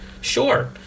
Sure